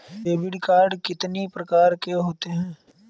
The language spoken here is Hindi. डेबिट कार्ड कितनी प्रकार के होते हैं?